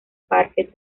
parques